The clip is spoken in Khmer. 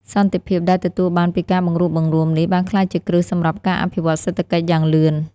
សន្តិភាពដែលទទួលបានពីការបង្រួបបង្រួមនេះ បានក្លាយជាគ្រឹះសម្រាប់ការអភិវឌ្ឍសេដ្ឋកិច្ចយ៉ាងលឿន។